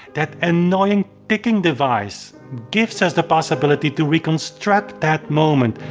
that annoying ticking device, gives us the possibility to reconstruct that moment.